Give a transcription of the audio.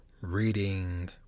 reading